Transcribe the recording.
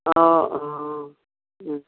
অ অ ও